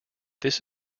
this